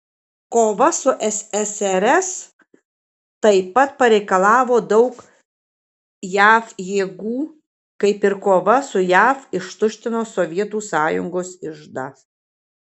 kova su ssrs taip pat pareikalavo daug jav jėgų kaip ir kova su jav ištuštino sovietų sąjungos iždą